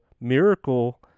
miracle